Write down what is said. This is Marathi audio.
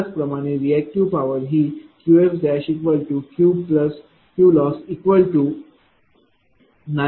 त्याचप्रमाणे रिएक्टिव पॉवर ही QsQQLoss9